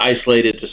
isolated